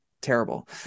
terrible